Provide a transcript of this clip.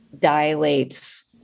dilates